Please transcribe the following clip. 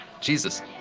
jesus